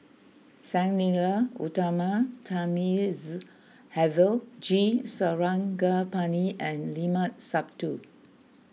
Sang Nila Utama Thamizhavel G Sarangapani and Limat Sabtu